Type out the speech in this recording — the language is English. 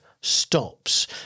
stops